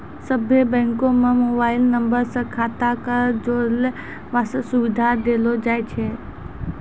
सभ्भे बैंको म मोबाइल नम्बर से खाता क जोड़ै बास्ते सुविधा देलो जाय छै